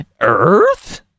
Earth